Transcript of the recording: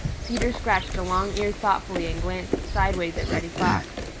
peter scratched a long ear thoughtfully and glanced sideways at reddy fox.